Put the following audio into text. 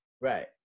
Right